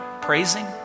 praising